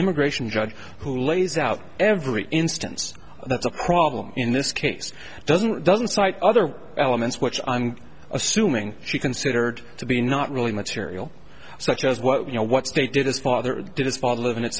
immigration judge who lays out every instance that's a problem in this case doesn't doesn't cite other elements which i'm assuming she considered to be not really material such as what you know what they did his father did his fa